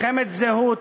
מלחמת זהות,